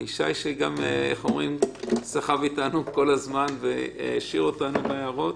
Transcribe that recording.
ל-ישי שסחב אתנו כל הזמן והעשיר אותנו בהערות.